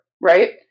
right